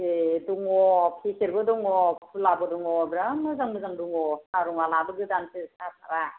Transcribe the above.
ए दङ पेकेट बो दङ खुलाबो दङ बिरात मोजां मोजां दङ साह रंआ लाबोगोदानसो साहाफ्रा